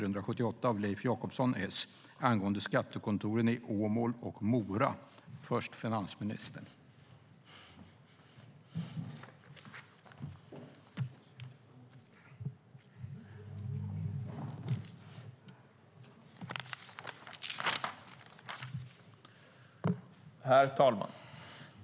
Herr talman!